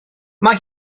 mae